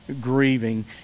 grieving